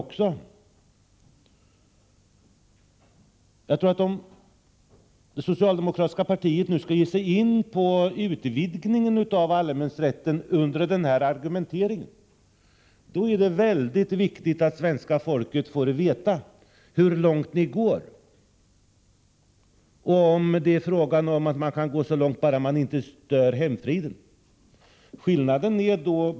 Om det socialdemokratiska partiet med denna argumentering skall ge sig in på en utvidgning av allemansrätten, är det väldigt viktigt att svenska folket får veta hur långt ni tänker gå. Kan man gå hur långt som helst bara man inte stör hemfriden?